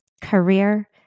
career